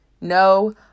No